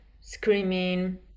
screaming